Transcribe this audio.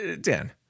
Dan